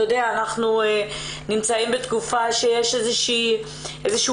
אנחנו נמצאים בתקופה שיש איזה שהוא